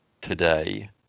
today